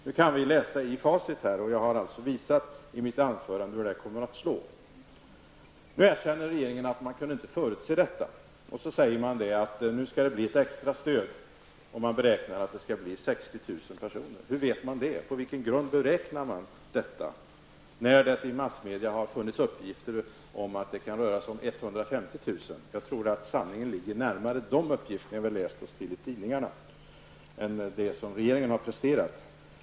Nu kan vi läsa i facit. Jag visade i mitt anförande hur detta kommer att slå. Nu erkänner regeringen att man inte kunde förutse detta och säger att nu skall det bli ett extra stöd. Man beräknar att 60 000 personer behöver detta stöd. Hur vet man det? På vilken grund beräknar man detta? Det har funnits uppgifter i massmedia om att det kan röra sig om 150 000 personer som behöver detta stöd. Jag tror att sanningen ligger närmare de uppgifter som lämnats i tidningarna än de som regeringen har presenterat.